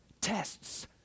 tests